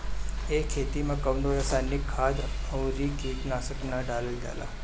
ए खेती में कवनो रासायनिक खाद अउरी कीटनाशक ना डालल जाला